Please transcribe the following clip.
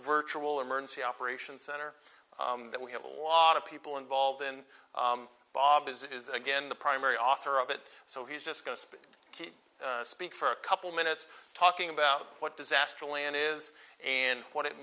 virtual emergency operations center that we have a lot of people involved in bob is that again the primary author of it so he's just going to keep speak for a couple minutes talking about what disaster plan is and what it